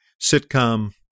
sitcom